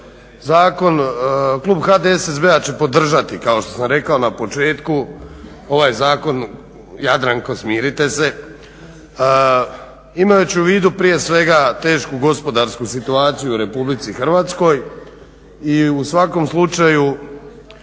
zakon. Klub HDSSB-a će podržati kao što sam rekao na početku ovaj zakon. Jadranko smirite se! Imajući u vidu prije svega tešku gospodarsku situaciju u Republici Hrvatskoj i u svakom slučaju